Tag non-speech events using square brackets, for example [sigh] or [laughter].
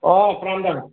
অঁ [unintelligible]